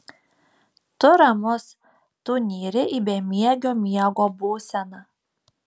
tu ramus tu nyri į bemiegio miego būseną